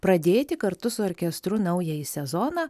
pradėti kartu su orkestru naująjį sezoną